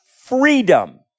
freedom